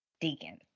Deacon